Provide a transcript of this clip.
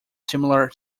similar